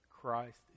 Christ